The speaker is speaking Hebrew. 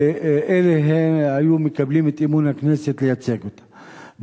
ואלה היו מקבלים את אמון הכנסת לייצג אותה.